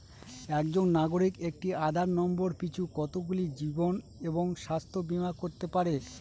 একজন নাগরিক একটি আধার নম্বর পিছু কতগুলি জীবন ও স্বাস্থ্য বীমা করতে পারে?